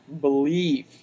believe